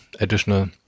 additional